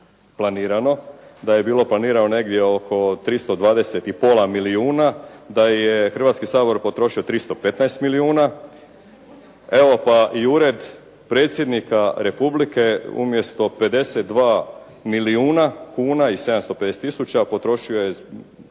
planirano. Da je bilo planirano negdje oko 320 i pola milijuna, da je Hrvatski sabor potrošio 15 milijuna, evo pa i Ured predsjednika Republike umjesto 52 milijuna kuna i 750 tisuća potrošio je